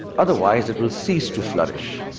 otherwise it will cease to flourish.